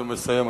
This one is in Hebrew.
אני מסיים,